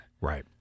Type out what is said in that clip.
Right